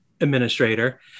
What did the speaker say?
administrator